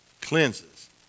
cleanses